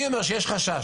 שבהם יש חשש.